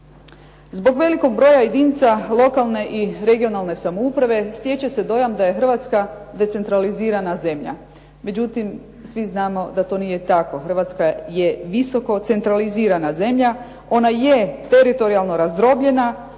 Zbog velikog broja jedinica lokalne i regionalne samouprave stječe se dojam da je Hrvatska decentralizirana zemlja. Međutim, svi znamo da to nije tako. Hrvatska je visoko centralizirana zemlja. Ona je teritorijalno razdrobljena.